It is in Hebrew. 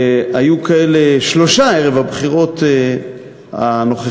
היו כאלה שלושה ערב הבחירות הנוכחיות,